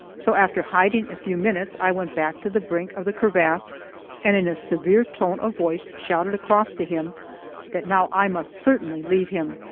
so, after hiding a few minutes, i went back to the brink of the crevasse and in a severe tone of voice shouted across to him that now i must certainly leave him,